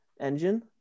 engine